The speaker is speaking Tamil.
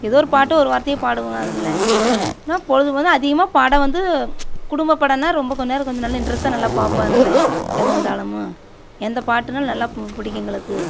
ஏதோ ஒரு பாட்டு ஒரு வார்த்தையோ பாடுவோம் அதுமில்லை ஆனால் பொழுது போது அதிகமாக பாட வந்து குடும்ப படம்னால் ரொம்ப கொஞ்ச நேரம் கொஞ்ச நல்ல இன்ட்ரெஸ்டாக நல்லா பார்ப்போம் அதனால எதா இருந்தாலும் எந்த பாட்டுன்னால் நல்லா பிடிக்கும் எங்களுக்கு